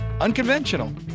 Unconventional